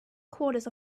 quarters